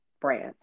brand